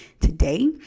today